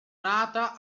nata